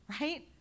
right